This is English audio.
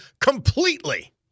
completely